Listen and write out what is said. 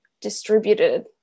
distributed